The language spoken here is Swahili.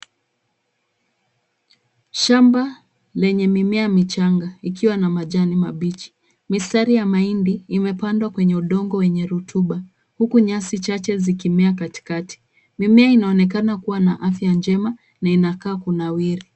Shamba lenye mimea michanga ikiwa na majani mabichi. Mistari ya mahindi imepandwa kwenye udongo wenye rotuba, huku nyasi chache zikimea katikati. Mimea inaonekana kuwa na afya njema na inakaa kunawiri.